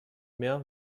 mehr